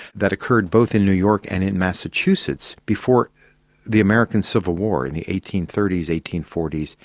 that occurred both in new york and in massachusetts before the american civil war in the eighteen thirty s, eighteen forty s,